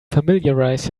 familiarize